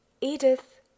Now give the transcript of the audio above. edith